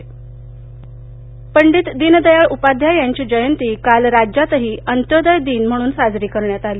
पंडित दीनदयाळ उपाध्याय पंडित दीनदयाळ उपाध्याय यांची जयंती काल राज्यातही अंत्योदय दिन म्हणून साजरी करण्यात आली